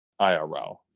IRL